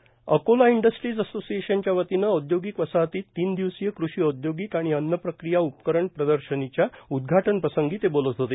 ते अकोला इंडस्ट्रीज असोसीएशनच्या वतीनं औदयोगिक वसाहतीत तीन दिवसीय कृषी औद्योगिक आणि अन्न प्रक्रिया उपकरण प्रदर्शनीच्या उदघाटन प्रसंगी बोलत होते